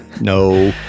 No